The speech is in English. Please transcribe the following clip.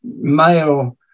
male